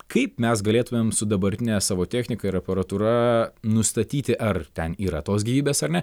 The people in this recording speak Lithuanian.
kaip mes galėtumėm su dabartine savo technika ir aparatūra nustatyti ar ten yra tos gyvybės ar ne